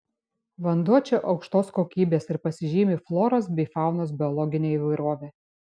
vanduo čia aukštos kokybės ir pasižymi floros bei faunos biologine įvairove